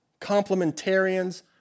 complementarians